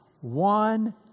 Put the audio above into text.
One